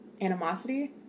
animosity